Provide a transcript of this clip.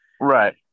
right